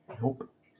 Nope